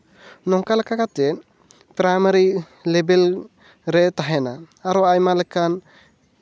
ᱱᱚᱝᱠᱟ ᱞᱮᱠᱟ ᱠᱟᱛᱮ ᱯᱨᱟᱭᱢᱟᱨᱤ ᱞᱮᱵᱮᱞ ᱨᱮ ᱛᱟᱦᱮᱱᱟ ᱟᱨᱚ ᱟᱭᱢᱟ ᱞᱮᱠᱟᱱ